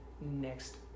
next